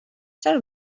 چرا